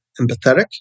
empathetic